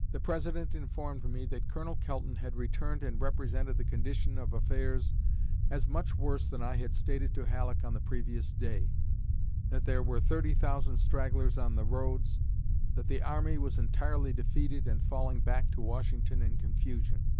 the president informed me that colonel kelton had returned and represented the condition of affairs as much worse than i had stated to halleck on the previous day that there were thirty thousand stragglers on the roads that the army was entirely defeated and falling back to washington in confusion.